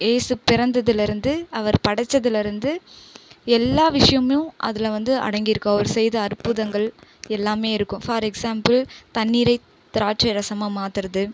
ஏசு பிறந்ததுலேருந்து அவர் படைச்சதுலேருந்து எல்லா விஷயமும் அதில் வந்து அடங்கி இருக்கும் அவர் செய்த அற்புதங்கள் எல்லாமே இருக்கும் ஃபார் எக்ஸாம்பிள் தண்ணீரை திராட்சை ரசமாக மாத்துறது